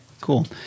cool